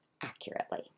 accurately